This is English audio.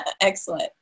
Excellent